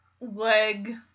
leg